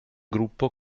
gruppo